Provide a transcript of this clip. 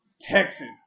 Texas